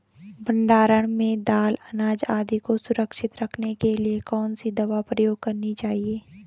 भण्डारण में दाल अनाज आदि को सुरक्षित रखने के लिए कौन सी दवा प्रयोग करनी चाहिए?